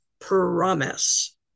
promise